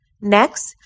Next